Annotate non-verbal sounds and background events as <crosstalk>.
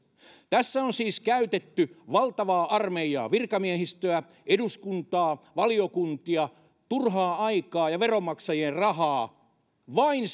tässä on siis käytetty valtavaa armeijaa virkamiehistöä eduskuntaa valiokuntia turhaa aikaa ja veronmaksajien rahaa vain <unintelligible>